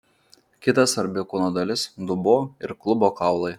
kita svarbi kūno dalis dubuo ir klubo kaulai